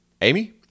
Amy